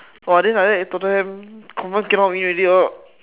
!wah! then like that Tottenham confirm cannot win already lor